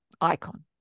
icon